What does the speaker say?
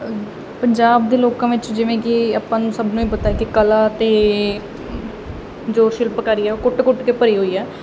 ਪੰਜਾਬ ਦੇ ਲੋਕਾਂ ਵਿੱਚ ਜਿਵੇਂ ਕਿ ਆਪਾਂ ਨੂੰ ਸਭ ਨੂੰ ਪਤਾ ਕਿ ਕਲਾ ਤੇ ਜੋ ਸ਼ਿਲਪਕਾਰੀ ਆ ਉਹ ਕੁੱਟ ਕੁੱਟ ਕੇ ਭਰੀ ਹੋਈ ਐ